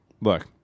look